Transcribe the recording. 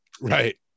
right